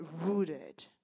rooted